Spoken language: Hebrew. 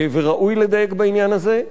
וראוי לדייק בעניין הזה,